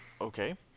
Okay